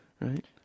Right